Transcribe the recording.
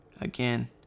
again